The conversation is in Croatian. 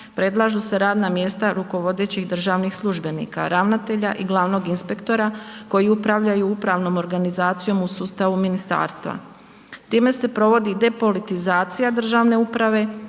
predlažu se radna mjesta rukovodećih državnih službenika, ravnatelja i glavnog inspektora koji upravljaju upravnom organizacijom u sustavu ministarstva. Time se provodi depolitizacija državne uprave